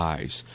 Eyes